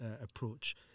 approach